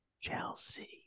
Chelsea